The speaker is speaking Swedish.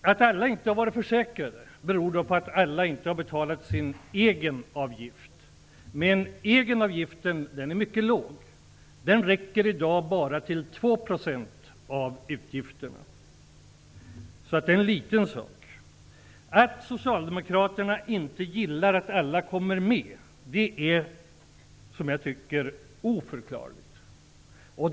Att alla inte har varit försäkrade beror på att alla inte har betalat sin egenavgift. Egenavgiften är mycket låg. Den räcker i dag bara till att täcka 2 % av utgifterna. Det är en liten sak. Jag tycker att det är oförklarligt att Socialdemokraterna inte gillar att alla kommer med i försäkringen.